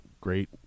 great